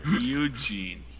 Eugene